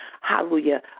hallelujah